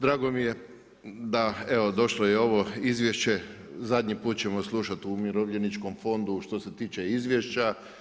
Drago mi je da evo došlo je i ovo izvješće, zadnji put ćemo slušati o Umirovljeničkom fondu što se tiče izvješća.